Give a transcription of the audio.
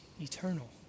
eternal